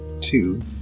two